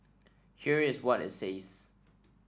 here is what it says